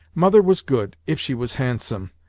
mother was good, if she was handsome,